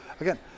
Again